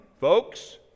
folks